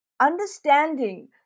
understanding